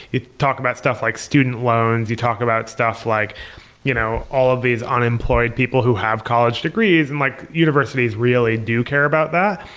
you talk about stuff, like student loans, you talk about stuff like you know all of these unemployed people who have college degrees and like universities really do care about that.